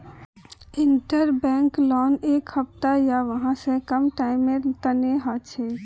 interbank loan एक हफ्ता या वहा स कम टाइमेर तने हछेक